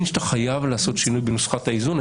שאתה חייב לעשות שינוי בנוסחת האיזון.